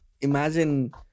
imagine